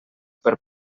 per